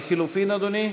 לחלופין, אדוני?